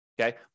Okay